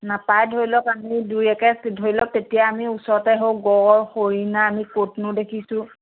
নাপায় ধৰি লওক আমি দুই একে ধৰি লওক তেতিয়া আমি ওচৰতে হওক গঁড় হৰিণা আমি ক'তনো দেখিছোঁ